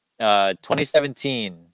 2017